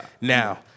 now